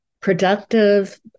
productive